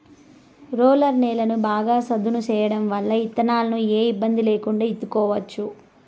roller నేలను బాగా సదును చేయడం వల్ల ఇత్తనాలను ఏ ఇబ్బంది లేకుండా ఇత్తుకోవచ్చు